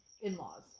in-laws